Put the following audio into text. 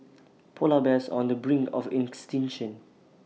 Polar Bears are on the brink of extinction